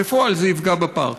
בפועל זה יפגע בפארק.